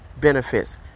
benefits